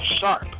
sharp